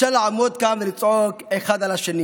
אפשר לעמוד כאן ולצעוק אחד על השני